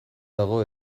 dago